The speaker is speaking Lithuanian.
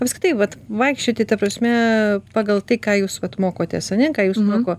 apskritai vat vaikščioti ta prasme pagal tai ką jūs mokotės ane ką jus moko